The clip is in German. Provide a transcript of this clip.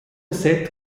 set